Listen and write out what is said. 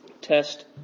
Test